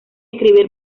escribir